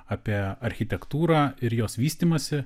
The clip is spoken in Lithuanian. apie architektūrą ir jos vystymąsi